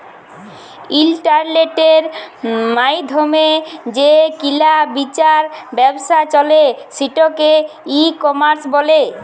ইলটারলেটের মাইধ্যমে যে কিলা বিচার ব্যাবছা চলে সেটকে ই কমার্স ব্যলে